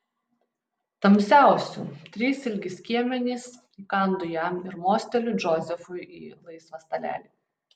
tamsiausių trys ilgi skiemenys įkandu jam ir mosteliu džozefui į laisvą stalelį